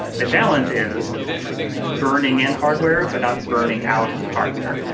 the challenge is burning in hardware but not burning out hardware.